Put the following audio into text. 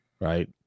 right